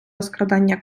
розкрадання